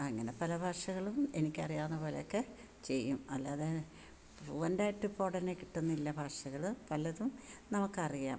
അങ്ങന പല ഭാഷകളും എനിക്കറിയാവുന്നതു പോലെയൊക്കെ ചെയ്യും അല്ലാതെ ഫ്ലുവൻറ്റായിട്ട് ഇപ്പുടനെ കിട്ടുന്നില്ല ഭാഷകൾ പലതും നമുക്കറിയാം